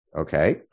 Okay